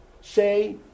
Say